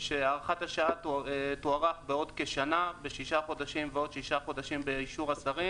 כך שתוארך בעוד שנה בשישה חודשים ועוד שישה חודשים באישור השרים